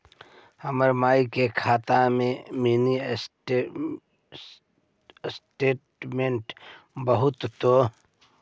हमर माई के खाता के मीनी स्टेटमेंट बतहु तो?